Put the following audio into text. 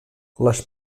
les